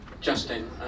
Justin